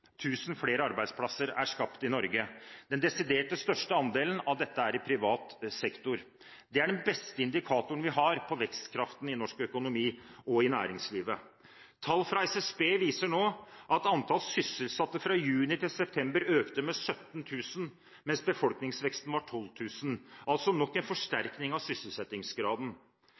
flere arbeidsplasser er skapt i Norge. Den desidert største andelen av dette er i privat sektor. Det er den beste indikatoren vi har på vekstkraften i norsk økonomi og næringsliv. Tall fra SSB viser nå at antall sysselsatte fra juni til september økte med 17 000 mens befolkningsveksten var 12 000 – altså nok en forsterkning av sysselsettingsgraden.